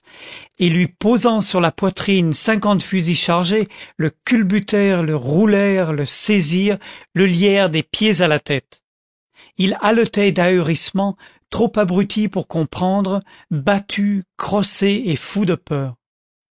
et lui posant sur la poitrine cinquante fusils chargés le culbutèrent le roulèrent le saisirent le lièrent des pieds à la tête il haletait d'ahurissement trop abruti pour comprendre battu crossé et fou de peur